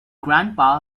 grandpa